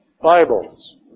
Bibles